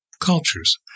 cultures